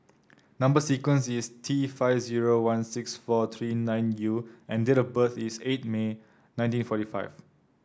number sequence is T five zero one six four three nine U and date of birth is eight May nineteen forty five